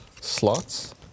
slots